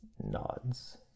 nods